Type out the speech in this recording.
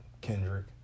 Kendrick